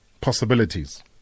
Possibilities